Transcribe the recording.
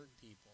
people